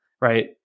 right